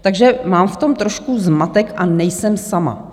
Takže mám v tom prostě zmatek, a nejsem sama.